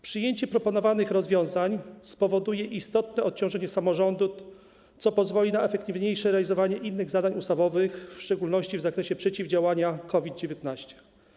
Przyjęcie proponowanych rozwiązań spowoduje istotne odciążenie samorządów, co pozwoli na efektywniejsze realizowanie innych zadań ustawowych, w szczególności w zakresie przeciwdziałania COVID-19.